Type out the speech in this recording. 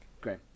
Great